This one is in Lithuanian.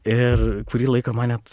ir kurį laiką man net